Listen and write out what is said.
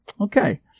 Okay